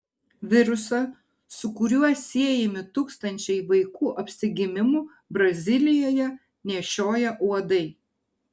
virusą su kuriuo siejami tūkstančiai vaikų apsigimimų brazilijoje nešioja uodai